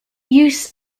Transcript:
use